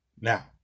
Now